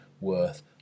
worth